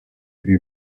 eut